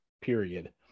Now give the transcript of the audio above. period